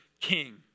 king